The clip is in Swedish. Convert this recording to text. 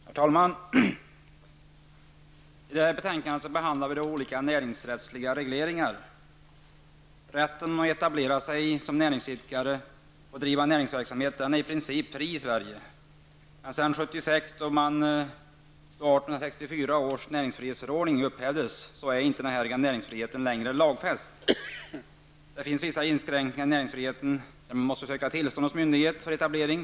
Herr talman! I det här betänkandet behandlas olika näringsrättsliga regleringar. Rätten att etablera sig som näringsidkare och att bedriva näringsverksamhet är i princip fri i Sverige. Alltsedan 1976, då 1864 års näringsfrihetsförordning upphävdes, är emellertid inte näringsfriheten lagfäst. Det finns dock vissa inskränkningar i näringsfriheten innebärande att man måste söka tillstånd hos en myndighet för etablering.